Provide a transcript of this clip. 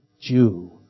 Jew